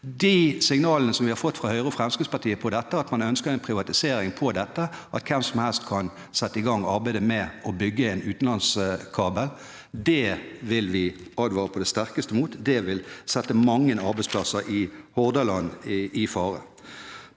De signalene vi har fått fra Høyre og Fremskrittspartiet – at man ønsker en privatisering av dette, at hvem som helst kan sette i gang arbeidet med å bygge en utenlandskabel – vil vi advare på det sterkeste mot. Det vil sette mange arbeidsplasser i Hordaland i fare.